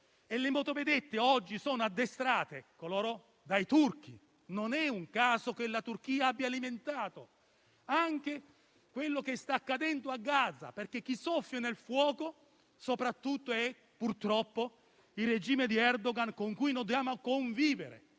E le motovedette oggi sono addestrate dai turchi. Non è un caso che la Turchia abbia alimentato anche quello che sta accadendo a Gaza, perché chi soffia sul fuoco è soprattutto, purtroppo, il regime di Erdogan con cui dobbiamo convivere,